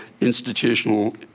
Institutional